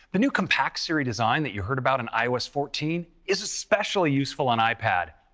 the new compact siri design that you heard about in ios fourteen is especially useful on ipad.